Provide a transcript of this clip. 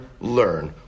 learn